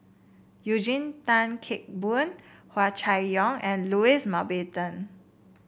Eugene Tan Kheng Boon Hua Chai Yong and Louis Mountbatten